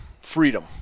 freedom